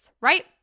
right